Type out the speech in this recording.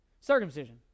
Circumcision